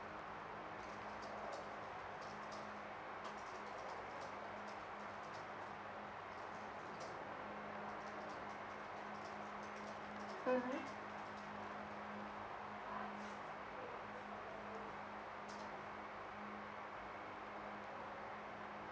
mmhmm